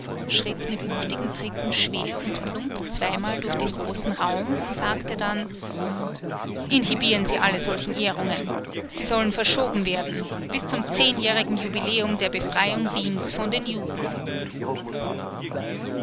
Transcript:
schritt mit wuchtigen tritten schwer und plump zweimal durch den großen raum und sagte dann inhibieren sie alle solchen ehrungen sie sollen verschoben werden bis zum zehnjährigen jubiläum der befreiung wiens von den juden